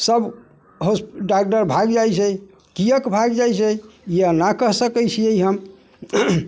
सब होस्प डॉक्टर भागि जाइ छै किएक भागि जाइ छै ई नहि कहि सकै छिए हम